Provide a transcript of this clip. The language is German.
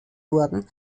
wurden